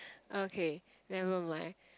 okay never mind